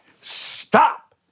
stop